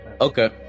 Okay